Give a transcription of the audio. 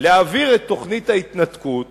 להעביר את תוכנית ההתנתקות